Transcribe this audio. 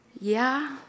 Yeah